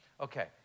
Okay